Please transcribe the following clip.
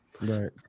Right